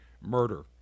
murder